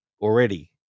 already